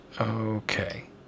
Okay